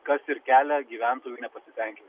kas ir kelia gyventojų nepasitenkin